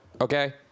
okay